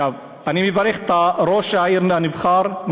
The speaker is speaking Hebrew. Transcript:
אני מברך את ראש העיר הנבחר,